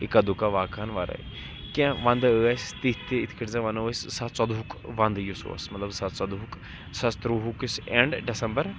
اِکا دُکا واقہَن وَرٲے کینٛہہ وندٕ ٲسۍ تِتھ تہِ یِتھ کٲٹھۍ زَن وَنو أسۍ زٕ ساس ژۄدہُک ونٛدٕ یُس اوس مطلب زٕ ساس ژۄدہُک زٕ ساس ترٛووُہُک یُس اینٛڈ ڈسمبر